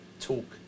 talk